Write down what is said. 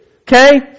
Okay